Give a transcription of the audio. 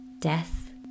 death